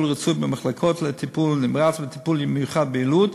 רצוי במחלקות לטיפול נמרץ וטיפול מיוחד ביילוד,